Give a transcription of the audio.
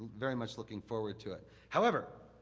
very much looking forward to it. however,